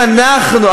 אם אנחנו,